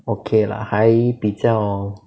okay lah 还比较